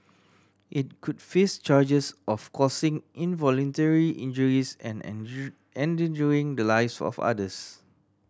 it could face charges of causing involuntary injuries and endangering the lives of others